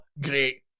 great